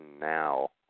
now